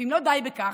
אם לא די בכך,